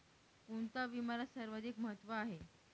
कोणता विम्याला सर्वाधिक महत्व आहे?